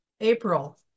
April